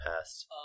past